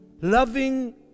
loving